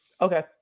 Okay